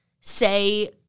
say